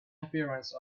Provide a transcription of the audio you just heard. appearance